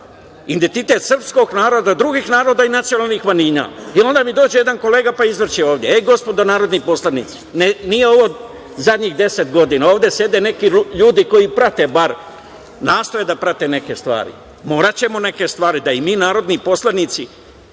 identitet srpskog naroda, drugih naroda i nacionalnih manjine, jer onda mi dođe jedan kolega pa izvrće ovde. Gospodo narodni poslanici, nije ovo zadnjih 10 godina. Ovde sede neki ljudi koji prate bar, nastoje da prate neke stvari. Moraćemo za neke stvari da i mi narodni poslanici